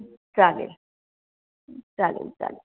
चालेल चालेल चालेल